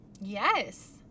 Yes